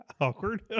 Awkward